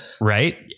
Right